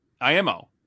IMO